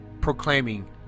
proclaiming